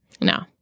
No